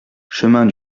chemin